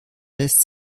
lässt